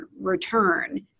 return